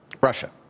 Russia